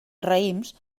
raïms